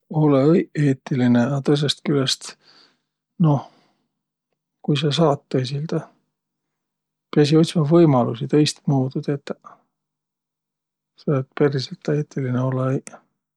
Olõ-õi eetiline. A tõõsõst külest, noh, kuis sa saat tõisildõ? Piäsiq otsma võimaluisi tõistmuudu tetäq, selle et periselt tuu eetiline olõ-õiq.